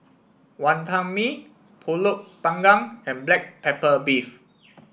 Wonton Mee pulut Panggang and Black Pepper Beef